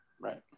right